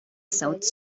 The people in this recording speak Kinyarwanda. sauti